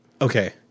Okay